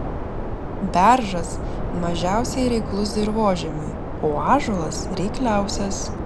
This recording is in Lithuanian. beržas mažiausiai reiklus dirvožemiui o ąžuolas reikliausias